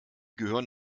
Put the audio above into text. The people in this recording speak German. gehören